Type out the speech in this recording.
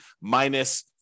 minus